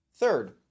Third